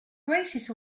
greatest